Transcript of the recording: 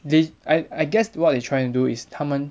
they I I guess what they trying to do is 他们